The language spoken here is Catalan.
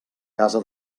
casa